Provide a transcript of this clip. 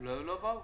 לא באו?